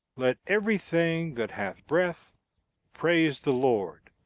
let everything that hath breath praise the lord.